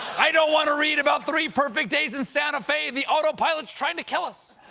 i don't want to read about three perfect days in sante fe. the autopilot is trying to kill us.